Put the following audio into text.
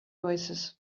oasis